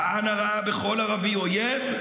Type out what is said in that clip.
כהנא ראה בכל ערבי אויב,